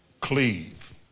cleave